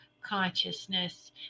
consciousness